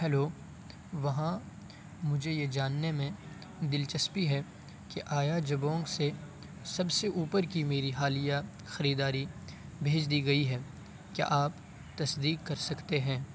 hello وہاں مجھے یہ جاننے میں دلچسپی ہے کہ آیا جبونگ سے سب سے اوپر کی میری حالیہ خریداری بھیج دی گئی ہے کیا آپ تصدیک کر سکتے ہیں